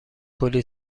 کلی